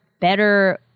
better